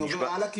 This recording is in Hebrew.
אני עובר הלאה,